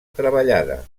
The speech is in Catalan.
treballada